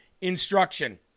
instruction